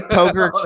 poker